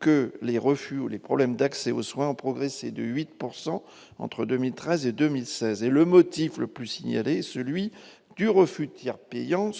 que les refus ou les problèmes d'accès aux soins ont progressé de 8 pourcent entre 2013 et 2016 et le motif le plus signalé celui du refus de tiers payant